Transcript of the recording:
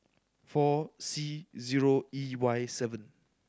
four C zero E Y seven